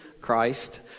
Christ